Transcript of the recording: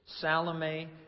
Salome